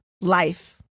life